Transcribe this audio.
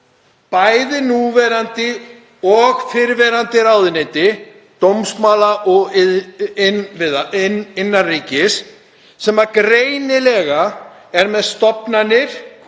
bæði núverandi og fyrrverandi ráðuneyti dómsmála og innanríkismála sem greinilega er með stofnanir